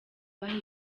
baha